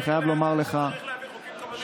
כשצריך להעביר חוקים קומוניסטיים אתה,